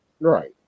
Right